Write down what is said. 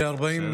בסדר?